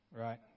right